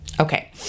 Okay